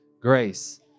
grace